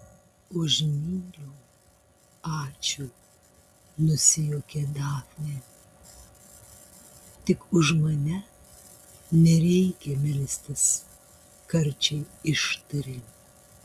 už myliu ačiū nusijuokė dafnė tik už mane nereikia melstis karčiai ištarė